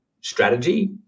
strategy